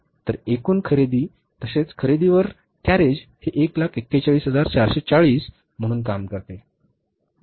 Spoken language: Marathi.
तर एकूण खरेदी तसेच खरेदीवर कॅरेज हे 141440 म्हणून काम करते बरोबर